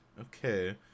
Okay